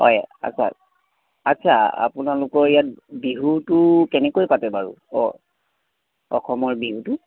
হয় আচ্ছা আচ্ছা আপোনালোকৰ ইয়াত বিহুটো কেনেকৈ পাতে বাৰু অ অসমৰ বিহুটো